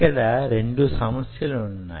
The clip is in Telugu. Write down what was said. ఇక్కడ రెండు సమస్యలు వున్నాయి